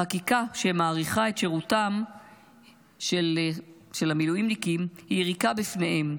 החקיקה שמאריכה את שירותם של המילואימניקים היא יריקה בפניהם,